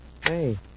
Hey